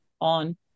on